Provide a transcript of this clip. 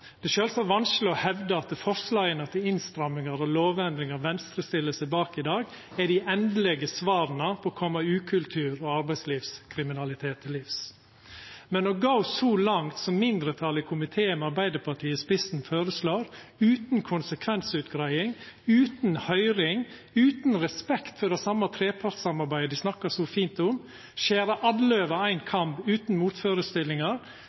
Det er sjølvsagt vanskeleg å hevda at forslaga til innstrammingar og lovendringar som Venstre stiller seg bak i dag, er dei endelege svara på å koma ukultur og arbeidslivskriminalitet til livs. Men å gå så langt som mindretalet i komiteen med Arbeidarpartiet i spissen føreslår, utan konsekvensutgreiing, utan høyring, utan respekt for det same trepartssamarbeidet dei snakkar så fint om, å skjera